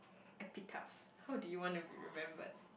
epitaph how do you want to be remembered